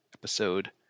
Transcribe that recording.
episode